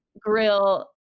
grill